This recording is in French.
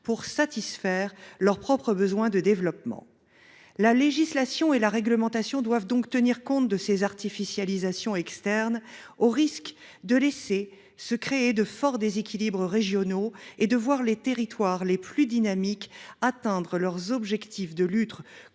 pour satisfaire leurs propres besoins de développement. La législation et la réglementation doivent donc tenir compte de ces artificialisations externes, au risque de laisser se créer de forts déséquilibres régionaux et de voir les territoires les plus dynamiques atteindre leurs objectifs de lutte